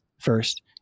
first